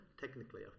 Technically